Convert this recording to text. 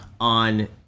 on